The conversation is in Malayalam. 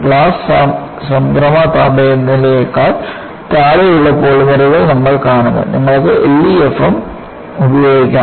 ഗ്ലാസ് സംക്രമണ താപനിലയേക്കാൾ താഴെയുള്ള പോളിമറുകൾ നമ്മൾ കാണുന്നു നിങ്ങൾക്ക് LEFM ഉപയോഗിക്കാം